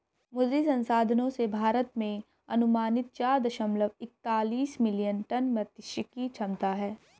मुद्री संसाधनों से, भारत में अनुमानित चार दशमलव एकतालिश मिलियन टन मात्स्यिकी क्षमता है